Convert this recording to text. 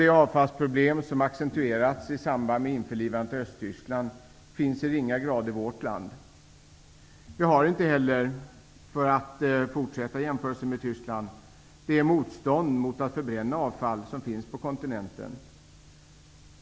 De avfallsproblem som accentuerats i samband med införlivandet av Östtyskland finns i ringa grad i vårt land. Vi har inte heller -- för att fortsätta jämförelsen med Tyskland -- det motstånd mot att förbränna avfall som finns på kontinenten.